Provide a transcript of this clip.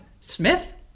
Smith